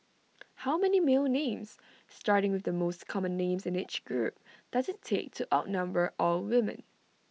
how many male names starting with the most common names in each group does IT take to outnumber all women